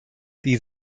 die